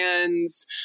hands